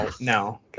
No